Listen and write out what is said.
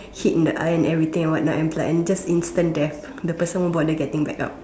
hit in the eye and everything and what not and like instant death the person won't bother getting back up